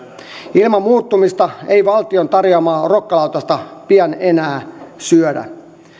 ilman muuttumista ei valtion tarjoamaa rokkalautasta pian enää syödä